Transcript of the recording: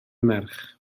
merch